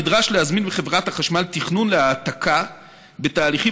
נדרש להזמין מחברת החשמל תכנון להעתקה בתהליכים